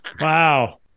wow